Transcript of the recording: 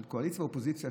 של קואליציה ואופוזיציה,